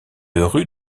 rue